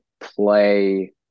play